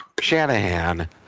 Shanahan